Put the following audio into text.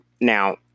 Now